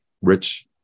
rich